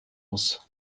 muss